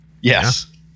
Yes